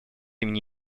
имени